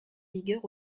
vigueur